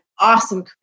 awesome